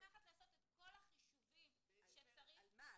לקחת ולעשות את כל החישובים שצריך -- על מה,